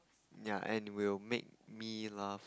ya and will make me laugh